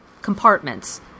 compartments